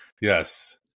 yes